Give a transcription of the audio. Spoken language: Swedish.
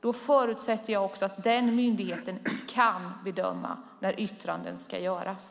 Jag förutsätter att den myndigheten kan bedöma när yttranden ska göras.